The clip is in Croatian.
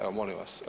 Evo molim vas